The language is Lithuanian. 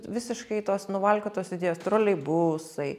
visiškai tos nuvalkiotos idėjos troleibusai